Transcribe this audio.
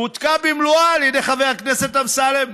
הועתקה במלואה על ידי חבר הכנסת אמסלם,